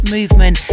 Movement